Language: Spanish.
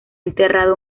enterrado